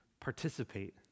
participate